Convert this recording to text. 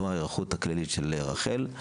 לא ההיערכות הכללית של רח"ל.